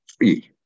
three